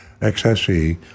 XSE